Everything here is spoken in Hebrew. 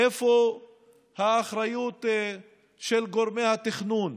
איפה האחריות של גורמי התכנון,